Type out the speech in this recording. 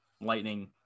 Lightning